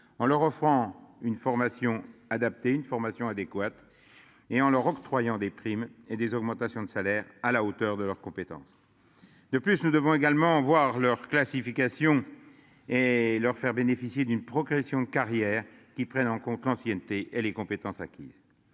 en leur offrant une formation adaptée, une formation adéquate et en leur octroyant des primes et des augmentations de salaire à la hauteur de leurs compétences. De plus, nous devons également voir leur classification et leur faire bénéficier d'une progression de carrière qui prennent en compte l'ancienneté et les compétences acquises.